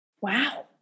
Wow